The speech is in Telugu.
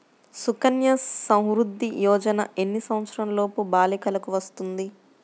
సుకన్య సంవృధ్ది యోజన ఎన్ని సంవత్సరంలోపు బాలికలకు వస్తుంది?